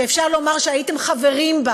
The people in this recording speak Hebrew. שאפשר לומר שהייתם חברים בה